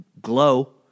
glow